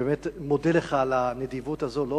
אני באמת מודה לך על הנדיבות הזאת.